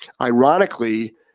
ironically